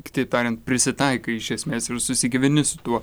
kitaip tariant prisitaikai iš esmės ir susigyveni su tuo